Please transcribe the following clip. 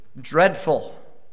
dreadful